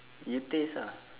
you taste ah